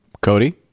Cody